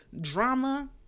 drama